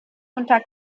unter